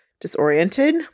Disoriented